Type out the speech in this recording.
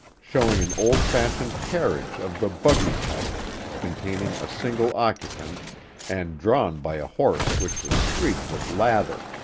showing an old-fashioned carriage of the buggy type containing a single occupant and drawn by a horse which was streaked with lather.